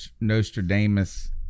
Nostradamus